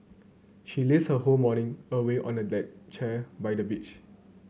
she lazed her whole morning away on a deck chair by the beach